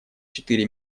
четыре